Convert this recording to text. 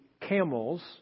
camels